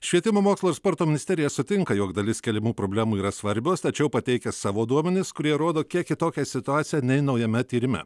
švietimo mokslo ir sporto ministerija sutinka jog dalis keliamų problemų yra svarbios tačiau pateikia savo duomenis kurie rodo kiek kitokią situaciją nei naujame tyrime